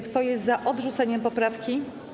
Kto jest za odrzuceniem poprawki?